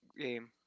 game